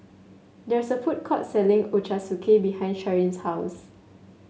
there is a food court selling Ochazuke behind Sharyn's house